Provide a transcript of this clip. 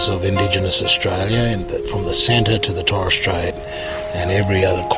of indigenous australia, from the centre to the torres strait and every other